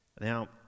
Now